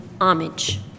homage